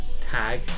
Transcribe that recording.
tag